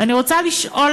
ואני רוצה לשאול,